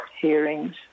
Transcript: hearings